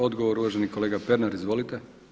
Odgovor uvaženi kolega Pernar, izvolite.